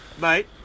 mate